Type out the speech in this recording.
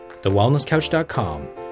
thewellnesscouch.com